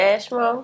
Ashmo